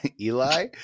Eli